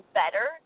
better